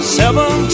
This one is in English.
seven